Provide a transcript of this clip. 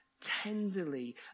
tenderly